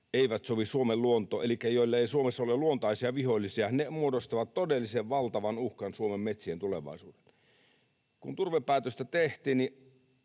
eivät sovi Suomen luontoon. Elikkä ne, joille ei Suomessa ole luontaisia vihollisia, muodostavat todellisen valtavan uhkan Suomen metsien tulevaisuudelle. Kun turvepäätöstä tehtiin,